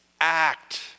act